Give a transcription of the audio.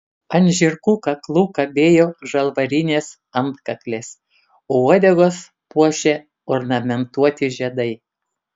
ant žirgų kaklų kabėjo žalvarinės antkaklės o uodegas puošė ornamentuoti žiedai